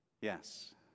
Yes